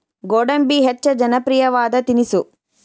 ಗೋಡಂಬಿ ಹೆಚ್ಚ ಜನಪ್ರಿಯವಾದ ತಿನಿಸು